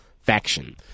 faction